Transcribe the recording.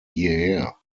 hierher